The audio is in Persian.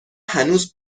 هنوز